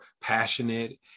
passionate